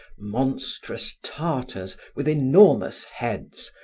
monstrous tartars with enormous heads,